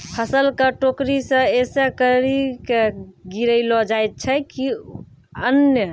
फसल क टोकरी सें ऐसें करि के गिरैलो जाय छै कि अन्न